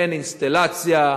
אין אינסטלציה,